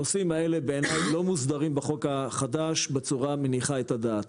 הנושאים האלה בעיני לא מוסדרים בחוק החדש בצורה שמניחה את הדעת.